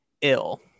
ill